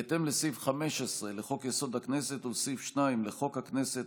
בהתאם לסעיף 15 לחוק-יסוד: הכנסת ולסעיף 2 לחוק הכנסת,